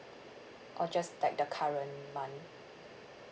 or just like the current month